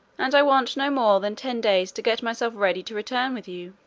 and i want no more than ten days to get myself ready to return with you.